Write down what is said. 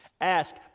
Ask